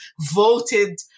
voted